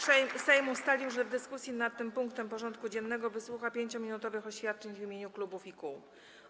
Sejm ustalił, że w dyskusji nad tym punktem porządku dziennego wysłucha 5-minutowych oświadczeń w imieniu klubów i kół.